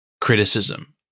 criticism